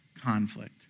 conflict